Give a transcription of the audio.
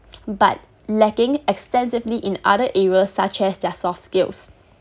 but lacking extensively in other areas such as their soft skills